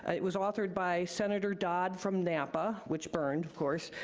it was authored by senator dodd from napa, which burned of course,